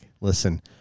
listen